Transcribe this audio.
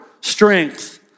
strength